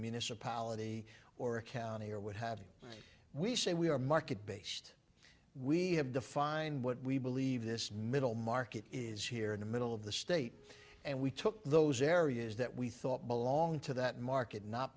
municipality or county or what have we said we are market based we have defined what we believe this middle market is here in the middle of the state and we took those areas that we thought belong to that market not